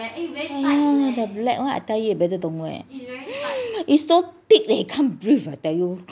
oh the black [one] I tell you you better don't wear is so thick eh can't breathe I tell you